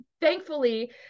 thankfully